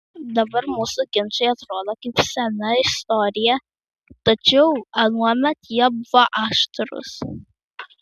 dabar mūsų ginčai atrodo kaip sena istorija tačiau anuomet jie buvo aštrūs